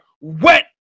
wet